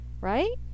right